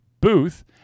booth